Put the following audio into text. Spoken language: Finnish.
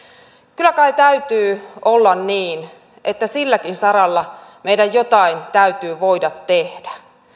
kyllä kai täytyy olla niin että silläkin saralla meidän jotain täytyy voida tehdä